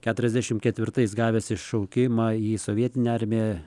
keturiasdešim ketvirtais gavęs šaukimą į sovietinę armiją